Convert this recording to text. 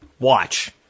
Watch